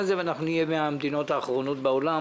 הזה ונהיה מן המדינות האחרונות בעולם